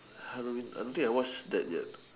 I don't think I watch that yet